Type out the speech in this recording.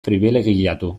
pribilegiatu